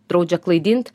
draudžia klaidint